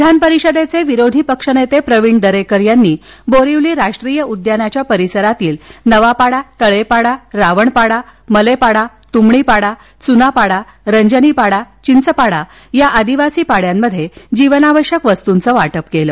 विधान परिषदेचे विरोधी पक्षनेते प्रविण दरेकर यांनी बोरिवली राष्ट्रीय उद्यानाच्या परिसरातील नवापाडा तळेपाडा रावणपाडा मलेपाडा तुमणीपाडा च्नापाडा रंजनी पाडा चिंचपाडा या आदिवासी पाड्यांमध्ये जीवनावश्यक वस्तूंचं वाटप केलं